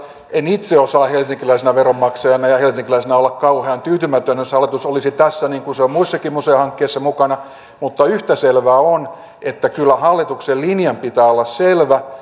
en itse osaa helsinkiläisenä veronmaksajana ja helsinkiläisenä olla kauhean tyytymätön jos hallitus olisi tässä mukana niin kuin se on muissakin museohankkeissa mutta yhtä selvää on että kyllä hallituksen linjan pitää olla selvä